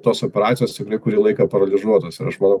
tos operacijos tikrai kurį laiką paralyžuotos ir aš manau